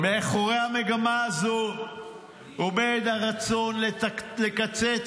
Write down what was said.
מאחורי המגמה הזו או עומד הרצון לקצץ